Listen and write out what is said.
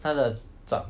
它的招